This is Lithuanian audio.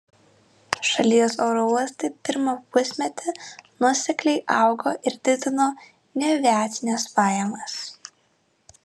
šalies oro uostai pirmą pusmetį nuosekliai augo ir didino neaviacines pajamas